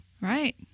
Right